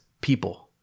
people